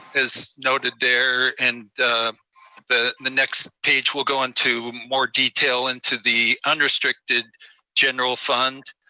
as noted there, and the the next page will go into more detail into the unrestricted general fund.